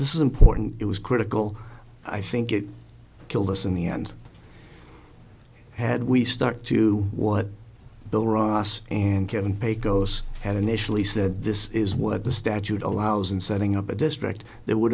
this is important it was critical i think it killed us in the end had we start to what bill ross and kevin pecos had initially said this is what the statute allows and setting up a district there would